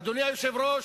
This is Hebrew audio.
אדוני היושב-ראש,